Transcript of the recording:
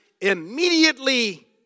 immediately